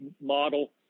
model